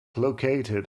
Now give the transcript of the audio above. located